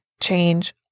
change